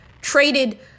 traded